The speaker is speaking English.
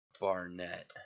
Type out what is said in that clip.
Barnett